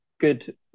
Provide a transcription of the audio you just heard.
good